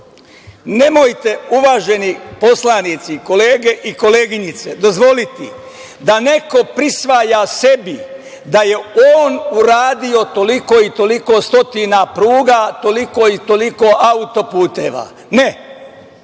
nemojte, uvaženi poslanici, kolege i koleginice, dozvoliti da neko prisvaja sebi da je on uradio toliko i toliko stotina pruga, toliko i toliko autoputeva. Ne!